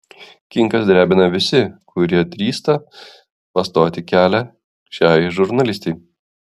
kinkas drebina visi kurie drįsta pastoti kelią šiai žurnalistei